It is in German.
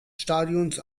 stadions